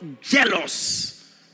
Jealous